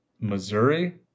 Missouri